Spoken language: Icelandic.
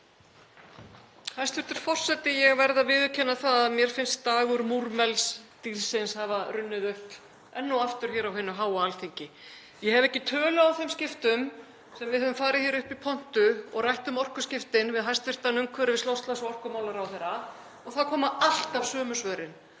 Hæstv. forseti. Ég verð að viðurkenna að mér finnst dagur múrmeldýrsins hafa runnið upp enn og aftur hér á hinu háa Alþingi. Ég hef ekki tölu á þeim skiptum sem við höfum farið upp í pontu og rætt um orkuskiptin við hæstv. umhverfis-, loftslags- og orkumálaráðherra og það koma alltaf sömu svörin,